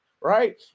right